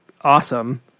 awesome